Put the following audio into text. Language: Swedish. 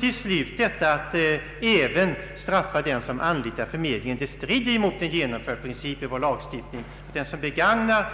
Till slut vill jag nämna att förslaget att även straffa den, som anlitar förmedlingen av arbetskraft, strider mot en fastställd princip i vår lagstiftning. Den som begagnar